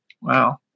Wow